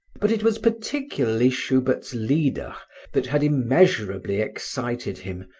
but it was particularly schubert's lieders that had immeasurably excited him,